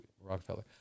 Rockefeller